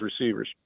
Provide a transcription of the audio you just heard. receivers